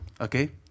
Okay